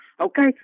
Okay